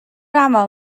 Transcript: aml